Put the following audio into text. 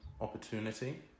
opportunity